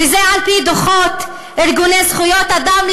וזה על-פי דוחות ארגוני זכויות אדם.